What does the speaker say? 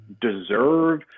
deserve